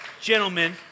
gentlemen